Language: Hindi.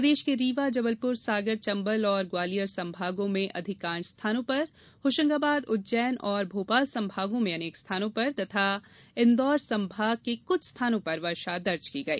प्रदेश के रीवा जबलपुर सागर चंबल और ग्वालियर संभागों में अधिकांश स्थानों पर होशंगाबाद उज्जैन व भोपाल संभागों के अनेक स्थानों पर तथा इंदौर संभाग में कुछ स्थानों पर वर्षा दर्ज की गई